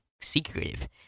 secretive